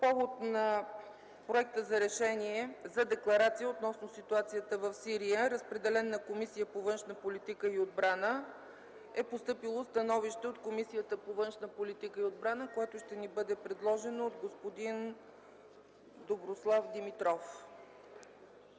повод на Проекта за декларация относно ситуацията в Сирия, разпределен на Комисията по външна политика и отбрана, е постъпило становище от Комисията по външна политика и отбрана, което ще ни бъде предложено от господин Доброслав Димитров.